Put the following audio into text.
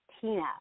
Tina